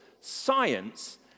science